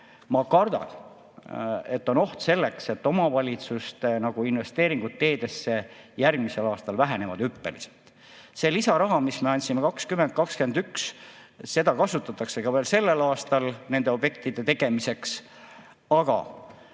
ma kardan, et on oht, et omavalitsuste investeeringud teedesse järgmisel aastal vähenevad hüppeliselt. Seda lisaraha, mis me andsime 2020 ja 2021, kasutatakse ka veel sellel aastal nende objektide tegemiseks. Aga